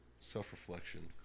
self-reflection